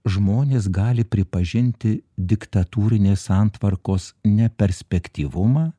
žmonės gali pripažinti diktatūrinės santvarkos neperspektyvumą